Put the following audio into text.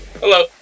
Hello